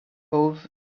hove